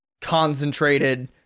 concentrated